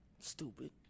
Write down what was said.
Stupid